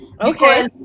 okay